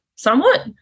Somewhat